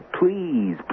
please